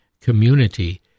community